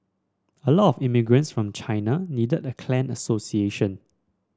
a lot of immigrants from China needed a clan association